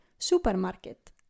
Supermarket